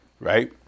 right